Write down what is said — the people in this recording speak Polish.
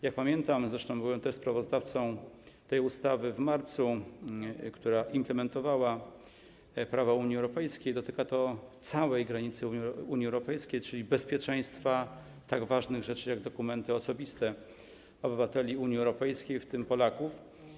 Jak pamiętam, zresztą byłem też w marcu sprawozdawcą tej ustawy, która implementowała prawo Unii Europejskiej, dotyka to całej granicy Unii Europejskiej, czyli bezpieczeństwa tak ważnych rzeczy jak dokumenty osobiste obywateli Unii Europejskiej, w tym Polaków.